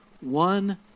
one